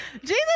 Jesus